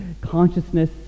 Consciousness